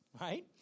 right